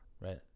right